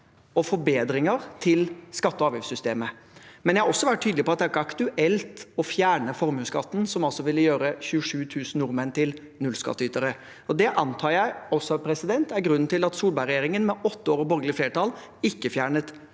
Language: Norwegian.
og forbedringer til skatte- og avgiftssystemet, men jeg har også vært tydelig på at det ikke er aktuelt å fjerne formuesskatten, som altså ville gjøre 27 000 nordmenn til nullskattytere. Det antar jeg også er grunnen til at Solberg-regjeringen, med åtte år og borgerlig flertall, ikke fjernet